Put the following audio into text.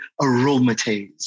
aromatase